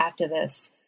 activists